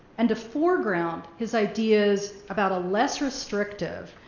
and to foreground his ideas about a less restrictive,